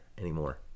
anymore